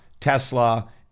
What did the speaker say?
Tesla